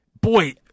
boy